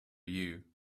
you